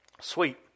Sweet